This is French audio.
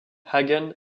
hagen